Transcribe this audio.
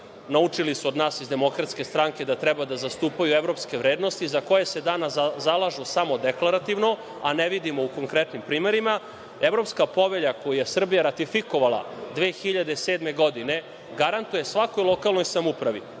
naučili su od nas iz DS da treba da zastupaju evropske vrednosti, za koje se danas zalažu samo deklarativno, a ne vidimo u konkretnim primerima, Evropska povelja, koja je Srbija ratifikovala 2007. godine, garantuje svakoj lokalnoj samoupravi